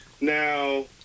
now